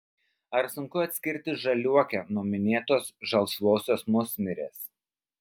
ar sunku atskirti žaliuokę nuo minėtos žalsvosios musmirės